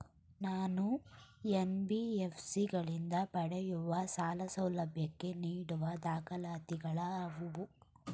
ನಾನು ಎನ್.ಬಿ.ಎಫ್.ಸಿ ಗಳಿಂದ ಪಡೆಯುವ ಸಾಲ ಸೌಲಭ್ಯಕ್ಕೆ ನೀಡುವ ದಾಖಲಾತಿಗಳಾವವು?